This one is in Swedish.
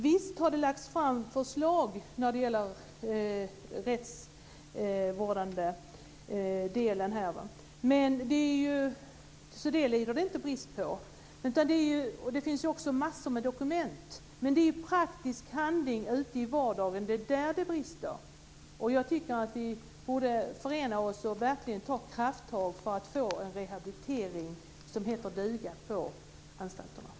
Visst har det lagts fram förslag när det gäller den rättsvårdande delen, så det lider vi inte brist på. Det finns också massor av dokument. Men det är i praktisk handling ute i vardagen som det brister. Jag tycker att vi borde förena oss och verkligen ta krafttag för att få en rehabiltering som heter duga på anstalterna.